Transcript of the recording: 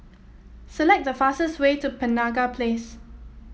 select the fastest way to Penaga Place